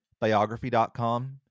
Biography.com